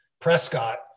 Prescott